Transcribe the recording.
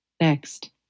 Next